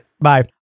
Bye